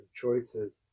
choices